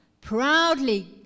proudly